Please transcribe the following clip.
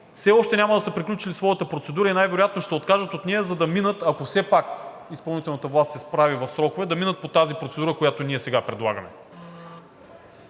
все още няма да са приключили своята процедура. Най-вероятно ще се откажат от нея, за да минат, ако все пак изпълнителната власт се справи в срокове – да минат по тази процедура, която ние сега предлагаме.